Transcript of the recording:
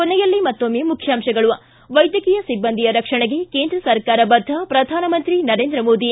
ಕೊನೆಯಲ್ಲಿ ಮತ್ತೊಮ್ಮೆ ಮುಖ್ಯಾಂಶಗಳು ವೈದ್ಯಕೀಯ ಸಿಬ್ಲಂದಿಯ ರಕ್ಷಣೆಗೆ ಕೇಂದ್ರ ಸರ್ಕಾರ ಬದ್ಧ ಪ್ರಧಾನಮಂತ್ರಿ ನರೇಂದ್ರ ಮೋದಿ